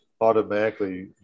automatically